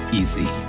easy